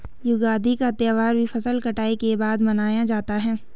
युगादि का त्यौहार भी फसल कटाई के बाद मनाया जाता है